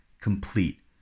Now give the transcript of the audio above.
complete